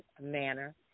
manner